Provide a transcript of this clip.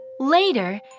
Later